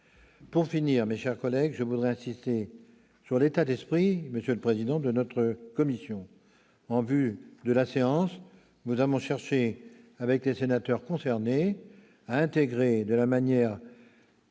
Pour finir, mes chers collègues, je veux insister sur l'état d'esprit de notre commission. En vue de la séance, nous avons cherché avec les sénateurs concernés à intégrer de la meilleure